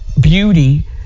beauty